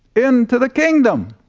into the kingdom.